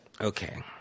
Okay